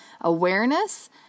awareness